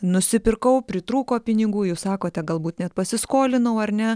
nusipirkau pritrūko pinigų jūs sakote galbūt net pasiskolinau ar ne